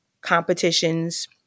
competitions